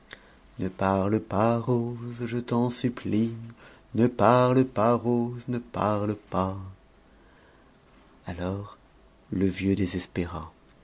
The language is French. ne parle pas rose je t'en supplie ne parle pas rose ne parle pas alors le vieux désespéra